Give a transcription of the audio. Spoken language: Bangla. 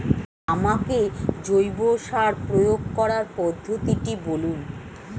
আমাকে জৈব সার প্রয়োগ করার পদ্ধতিটি বলুন?